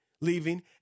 leaving